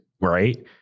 Right